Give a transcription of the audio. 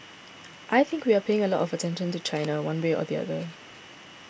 I think we are paying a lot of attention to China one way or the other